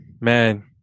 man